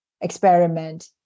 experiment